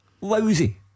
Lousy